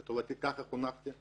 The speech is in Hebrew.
לטובתי, ככה חונכתי.